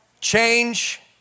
Change